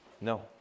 no